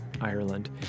Ireland